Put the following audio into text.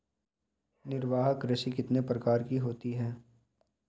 निर्वाह कृषि कितने प्रकार की होती हैं?